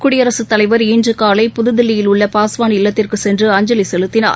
குடியரசுத் தலைவர் இன்று காலை புதுதில்லியில் உள்ள பாஸ்வான் இல்லத்திற்கு சென்று அஞ்சலி செலுத்தினார்